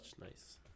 nice